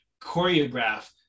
choreograph